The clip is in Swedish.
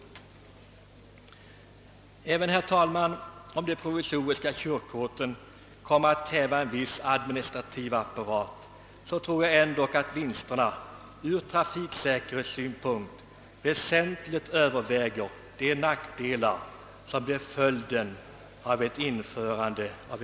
Och jag tror att även om de provisoriska körkorten kommer att kräva en viss administrativ apparat, så skulle vinsterna ur trafiksäkerhetssynpunkt väsentligt överväga de nackdelar som kunde uppstå. Herr talman!